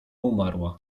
umarła